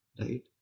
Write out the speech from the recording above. right